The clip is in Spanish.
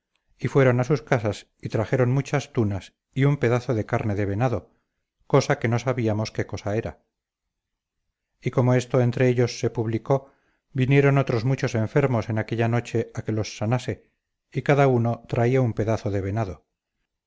y fueron a sus casas y trajeron muchas tunas y un pedazo de carne de venado cosa que no sabíamos qué cosa era y como esto entre ellos se publicó vinieron otros muchos enfermos en aquella noche a que los sanase y cada uno traía un pedazo de venado